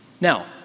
Now